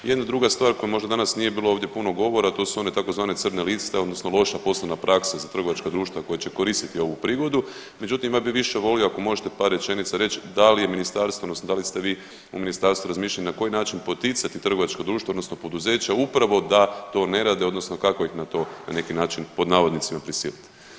Jedna druga stvar koja možda danas nije bilo ovdje puno govora, to su one tzv. crne liste odnosno loša poslovna praksa za trgovačka društva koja će koristiti ovu prigodu, međutim, ja bi više volio, ako možete par rečenica reći, da je Ministarstvo, odnosno da li ste vi u Ministarstvu razmišljali na koji način poticati trgovačko društvo odnosno poduzeće upravo da to ne rade, odnosno kako ih na to, na neki način, pod navodnicima, prisiliti?